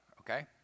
okay